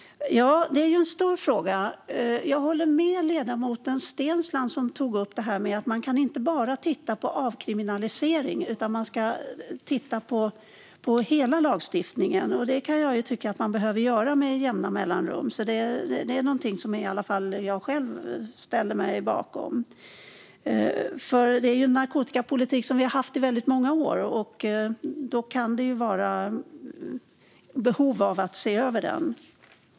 Ja, det är en stor fråga. Jag håller med ledamoten Steensland, som tog upp detta med att man inte bara kan titta på avkriminalisering. Man ska titta på hela lagstiftningen. Jag kan tycka att man behöver göra det med jämna mellanrum, så det är någonting som i alla fall jag ställer mig bakom. Vi har ju haft narkotikapolitiken i väldigt många år. Då kan det finnas behov av att se över den.